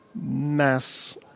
mass